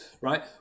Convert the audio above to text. right